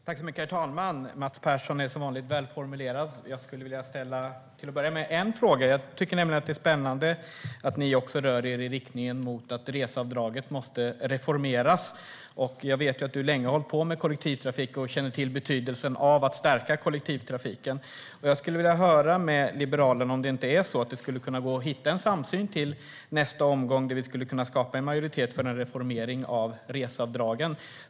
Herr talman! Mats Persson är som vanligt välformulerad. Jag vill till att börja med ställa en fråga. Jag tycker nämligen att det är spännande att också ni rör er i riktning mot att reseavdraget måste reformeras, Mats Persson. Jag vet att du länge har hållit på med kollektivtrafik och känner till betydelsen av att stärka kollektivtrafiken. Jag skulle vilja höra med Liberalerna om det skulle kunna gå att hitta en samsyn till nästa omgång där vi skulle kunna skapa en majoritet för en reformering av reseavdragen.